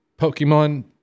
pokemon